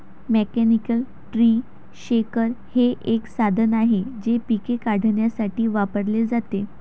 mechanical tree shaker हे एक साधन आहे जे पिके काढण्यासाठी वापरले जाते